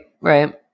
Right